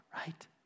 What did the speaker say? right